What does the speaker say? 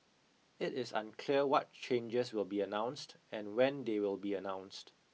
it is unclear what changes will be announced and when they will be announced